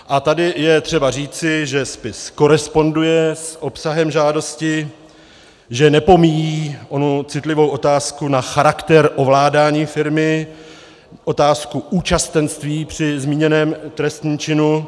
A tady je třeba říci, že spis koresponduje s obsahem žádosti, že nepomíjí onu citlivou otázku na charakter ovládání firmy, otázku účastenství při zmíněném trestném činu.